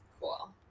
Cool